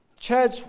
Church